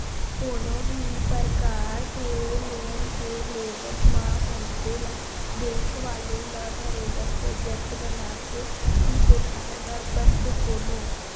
कोनो भी परकार के लोन के लेवब म मनखे ल बेंक वाले ल बरोबर प्रोजक्ट बनाके ही देखाये बर परथे कोनो